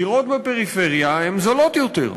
דירות בפריפריה הן זולות יותר.